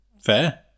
fair